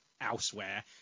elsewhere